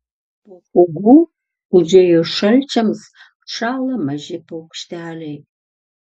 po pūgų užėjus šalčiams šąla maži paukšteliai